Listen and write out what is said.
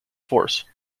force